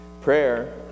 prayer